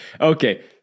okay